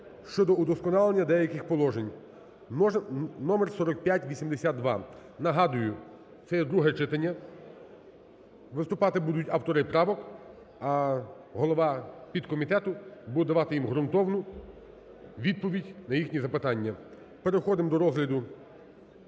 (щодо удосконалення деяких положень) (№ 4582). Нагадую, це є друге читання, виступати будуть автори правок, а голова підкомітету буде давати їм ґрунтовну відповідь на їхні запитання. Переходимо до розгляду